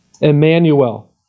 Emmanuel